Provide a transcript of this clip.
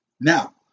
now